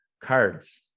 cards